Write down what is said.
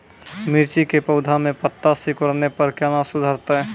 मिर्ची के पौघा मे पत्ता सिकुड़ने पर कैना सुधरतै?